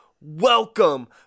welcome